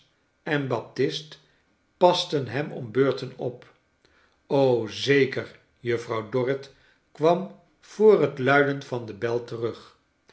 en baptist pasten hem om beurten op o zeker juffrouw dorrit kwam voor het luiden van de bel terug